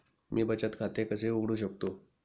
मी बचत खाते कसे उघडू शकतो?